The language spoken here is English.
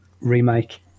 remake